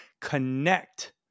Connect